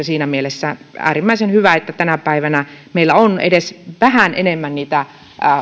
siinä mielessä on äärimmäisen hyvä että tänä päivänä meillä on edes vähän enemmän niitä